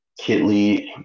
Kitley